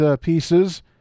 pieces